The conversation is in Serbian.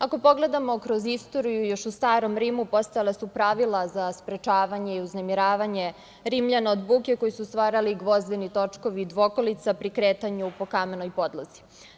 Ako pogledamo kroz istoriju, još u starom Rimu postojala su pravila za sprečavanje i uznemiravanje Rimljana od buke koji su stvarali gvozdeni točkovi dvokolica pri kretanju po kamenoj podlozi.